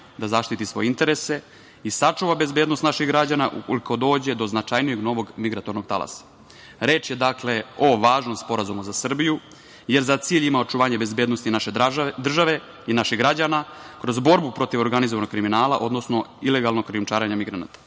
da zaštiti svoje interese, sačuva bezbednost naših građana ako dođe do značajnijeg novog migratornog talasa. Reč je o važnom sporazumu za Srbiju, jer za cilj ima očuvanje bezbednosti naše države i naših građana, a kroz borbu protiv organizovanog kriminala, odnosno ilegalnog krijumčarenja migranata